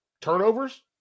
turnovers